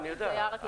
אני יודע.